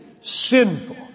sinful